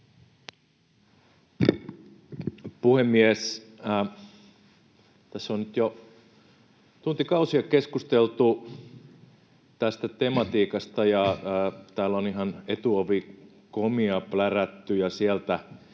Puhemies! Tässä on nyt jo tuntikausia keskusteltu tästä tematiikasta, ja täällä on ihan Etuovi.comia plärätty ja sieltä